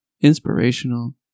inspirational